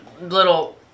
little